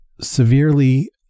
Severely